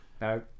no